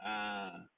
ah